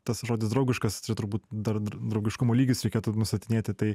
tas žodis draugiškas čia turbūt dar draugiškumo lygius reikėtų nustatinėti tai